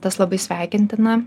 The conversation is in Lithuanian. tas labai sveikintina